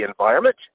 environment